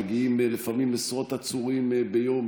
מגיעים לפעמים עשרות עצורים ביום,